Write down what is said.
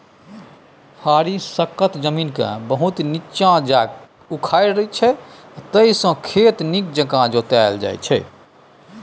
फारी सक्खत जमीनकेँ बहुत नीच्चाँ जाकए उखारै छै जाहिसँ खेत नीक जकाँ जोताएल जाइ छै